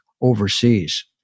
overseas